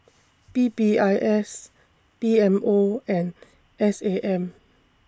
P P I S P M O and S A M